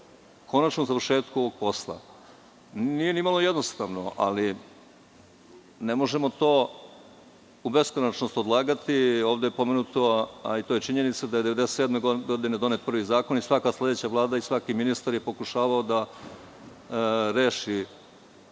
konačnom završetku posla. Nije ni malo jednostavno, ali ne možemo to u beskonačnost odlagati. Ovde je pomenuto, a i to je činjenica, da je 1997. godine donet prvi zakon i svaka sledeća Vlada i svaki sledeći ministar je pokušavao da reši